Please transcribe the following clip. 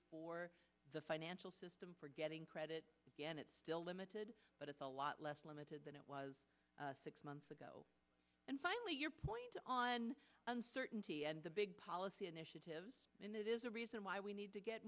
for the financial system for getting credit and it's still limited but it's a lot less limited than it was six months ago and finally your point on uncertainty and the big policy initiatives in that is a reason why we need to get